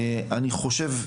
אני חושב,